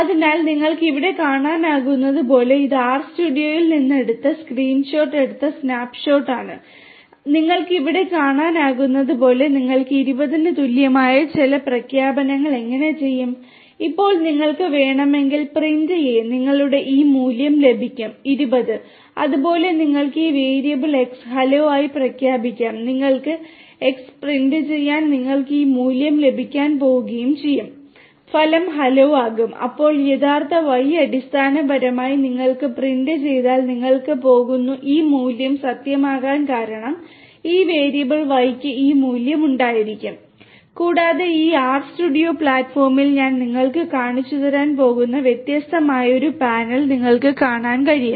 അതിനാൽ നിങ്ങൾക്ക് ഇവിടെ കാണാനാകുന്നതുപോലെ ഇത് ആർസ്റ്റുഡിയോയിൽ നിന്ന് എടുത്ത സ്ക്രീൻഷോട്ട് എടുത്ത സ്നാപ്പ് ഷോട്ട് ആണ് നിങ്ങൾക്ക് ഇവിടെ കാണാനാകുന്നതുപോലെ നിങ്ങൾ 20 ന് തുല്യമായ ചില പ്രഖ്യാപനങ്ങൾ എങ്ങിനെ ചെയ്യും ഇപ്പോൾ നിങ്ങൾക്ക് വേണമെങ്കിൽ പ്രിന്റ് എ ഹലോ ആയി പ്രഖ്യാപിക്കുകയും നിങ്ങൾ എക്സ് പ്രിന്റ് ചെയ്താൽ നിങ്ങൾക്ക് ഈ മൂല്യം ലഭിക്കാൻ പോവുകയും ചെയ്യും ഫലം ഹലോ ആകും അപ്പോൾ യഥാർത്ഥ Y അടിസ്ഥാനപരമായി Y പ്രിന്റ് ചെയ്താൽ നിങ്ങൾ പോകുന്നു ഈ മൂല്യം സത്യമാകാൻ കാരണം ഈ വേരിയബിൾ Y യ്ക്ക് ഈ മൂല്യം ഉണ്ടായിരിക്കും കൂടാതെ ഈ ആർസ്റ്റുഡിയോ പ്ലാറ്റ്ഫോമിൽ ഞാൻ നിങ്ങൾക്ക് കാണിച്ചുതരാൻ പോകുന്ന വ്യത്യസ്തമായ ഒരു പാനൽ നിങ്ങൾക്ക് കാണാൻ കഴിയും